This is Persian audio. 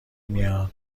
میاید